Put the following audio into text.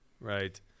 Right